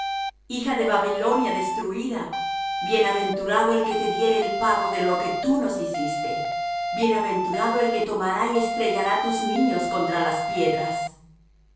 hija de babilonia destruída bienaventurado el que te diere el pago de lo que tú nos hiciste bienaventurado el que tomará y estrellará tus niños contra las piedras